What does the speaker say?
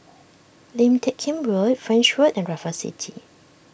Lim Teck Kim Road French Road and Raffles City